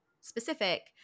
specific